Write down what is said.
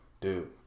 dude